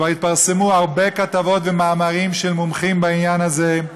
כבר התפרסמו הרבה כתבות ומאמרים של מומחים בעניין הזה,